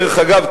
דרך אגב,